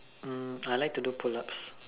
I like to do pull ups